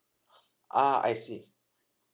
ah I see